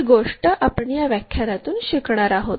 ही गोष्ट आपण या व्याख्यानातून शिकणार आहोत